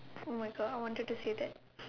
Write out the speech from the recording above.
oh my God I wanted to say that